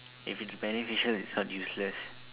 if it's beneficial it's not useless